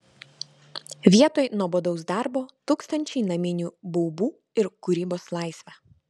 vietoj nuobodaus darbo tūkstančiai naminių baubų ir kūrybos laisvė